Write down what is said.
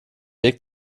weg